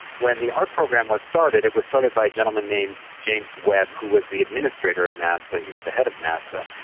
when the art program was started it was started by a gentleman named james webb who was the administrator at nasa, he was the head of nasa.